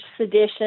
sedition